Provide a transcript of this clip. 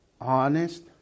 honest